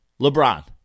LeBron